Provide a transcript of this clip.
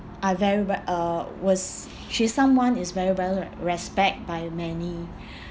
I very re~ uh was she's someone is very well re~ respect by many